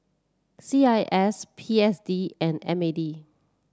C I S P S D and M A D